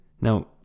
Now